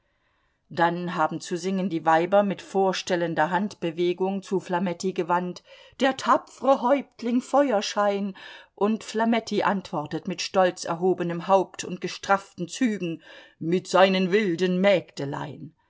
dann haben zu singen die weiber mit vorstellender handbewegung zu flametti gewandt der tapfre häuptling feuerschein und flametti antwortet mit stolz erhobenem haupt und gestrafften zügen mit seinen wilden